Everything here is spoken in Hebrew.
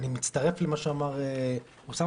אני מצטרף למה שאמר אוסאמה,